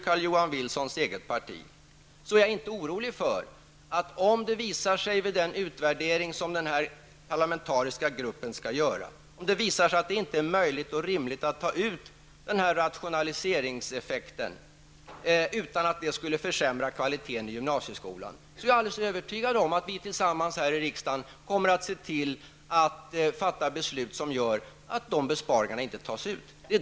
Carl-Johan Wilsons eget parti, är jag inte orolig för att det vid den utvärdering som den här parlamentariska gruppen skall göra skall visa sig att det inte är möjligt och rimligt att ta ut denna rationaliseringseffekt utan att försämra kvaliteten i gymnasieskolan. Om så skulle bli fallet är jag övertygad om att vi tillsammans här i riksdagen kommer att se till att beslut fattas som gör att dessa besparingar inte tas ut.